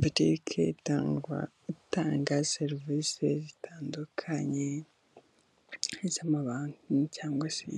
Butike itangwa utanga serivisi zitandukanye z'amabanki cyangwa se